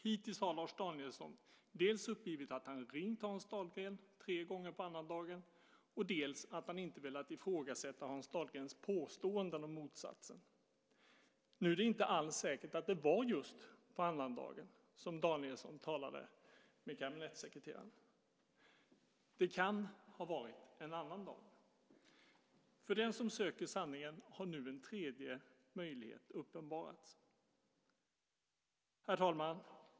Hittills har Lars Danielsson uppgivit dels att han har ringt Hans Dahlgren tre gånger på annandagen, dels att han inte har velat ifrågasätta Hans Dahlgrens påståenden om motsatsen. Nu är det inte alls säkert att det var just på annandagen som Danielsson talade med kabinettssekreteraren. Det kan ha varit en annan dag. För den som söker sanningen har nu en tredje möjlighet uppenbarats. Herr talman!